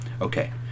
Okay